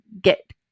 get